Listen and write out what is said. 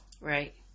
Right